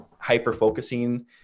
hyper-focusing